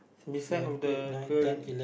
beside of the girl